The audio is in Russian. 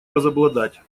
возобладать